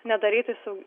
nedaryti su